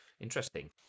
Interesting